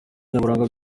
nyaburanga